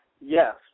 yes